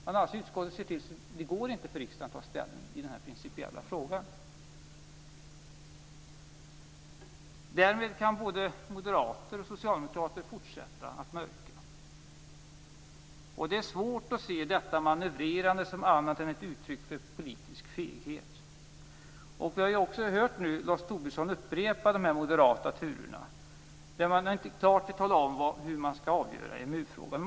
Utskottet har alltså sett till att riksdagen inte kan ta ställning i den här principiella frågan. Därmed kan både moderater och socialdemokrater fortsätta att mörka. Det är svårt att se detta manövrerande som något annat än ett uttryck för politisk feghet. Vi har nu hört Lars Tobisson upprepa de moderata turerna, där man inte klart vill tala om hur man vill att EMU-frågan skall avgöras.